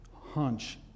hunch